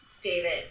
David